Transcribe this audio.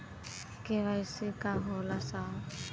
KYC का होला साहब?